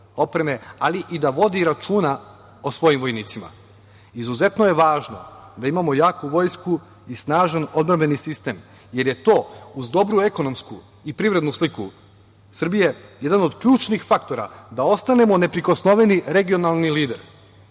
ali i da vodi računa o svojim vojnicima. Izuzetno je važno da imamo jaku vojsku i snažan odbrambeni sistem, jer je to, uz dobru ekonomsku i privrednu sliku Srbije, jedan od ključnih faktora da ostanemo neprikosnoveni regionalni lider,